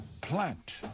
Plant